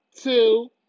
two